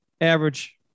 average